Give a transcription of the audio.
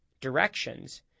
directions